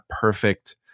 perfect